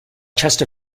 chest